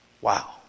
Wow